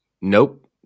Nope